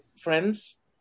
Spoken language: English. friends